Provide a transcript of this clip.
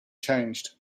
changed